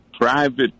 private